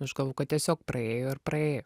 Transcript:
aš galvojau kad tiesiog praėjo ir praėjo